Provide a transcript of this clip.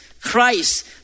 Christ